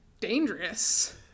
dangerous